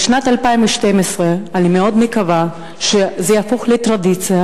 בשנת 2012 אני מאוד מקווה שזה יהפוך לטרדיציה.